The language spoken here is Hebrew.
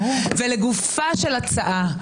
ולגופה של ההצעה,